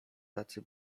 tacy